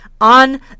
on